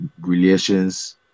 relations